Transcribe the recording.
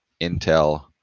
Intel